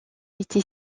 été